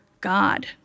God